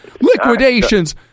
liquidations